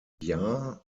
jahr